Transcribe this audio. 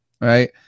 right